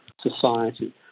society